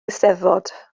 eisteddfod